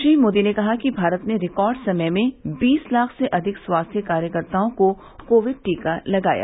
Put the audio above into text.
श्री मोदी ने कहा कि भारत ने रिकार्ड समय में बीस लाख से अधिक स्वास्थ्य कार्यकर्ताओं को कोविड टीका लगाया